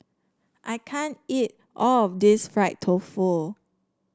I can't eat all of this Fried Tofu